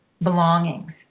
belongings